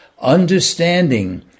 Understanding